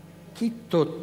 "כִּתות",